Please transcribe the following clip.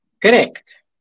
Correct